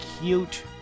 cute